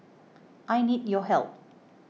I need your help